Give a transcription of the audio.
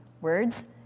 words